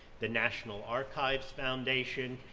the national archives foundation,